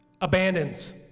abandons